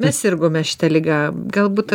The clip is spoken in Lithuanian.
mes sirgome šita liga galbūt